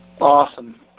Awesome